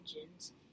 engines